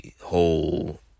whole